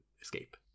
escape